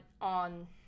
on